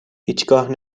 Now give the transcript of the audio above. هیچگاه